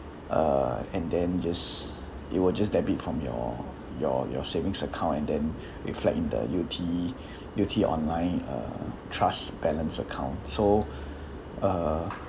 uh and then just it would just debit from your your your savings account and then reflect in the U_T U_T online trust balance account so uh